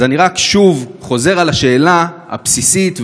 אז אני רק שוב חוזר על השאלה הבסיסית,